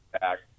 back